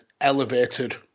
elevated